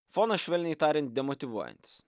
fonas švelniai tariant demotyvuojantis